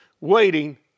waiting